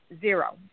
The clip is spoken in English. zero